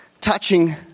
touching